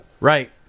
Right